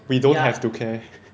we don't have to care